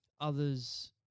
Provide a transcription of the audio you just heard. others